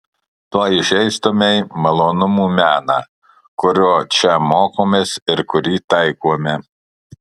tuo įžeistumei malonumų meną kurio čia mokomės ir kurį taikome